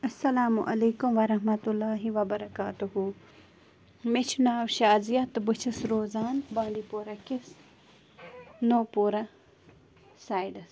اَلسلامُ علیکُم وَرحمتُہ اللہِ وَ بَرکاتُہہ مےٚ چھِ ناو شازیہ تہٕ بہٕ چھس روزان بانٛڈی پوٗرا کِس نَو پوٗرا سایِڈَس